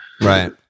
Right